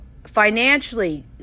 Financially